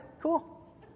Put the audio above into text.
cool